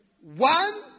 One